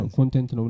Content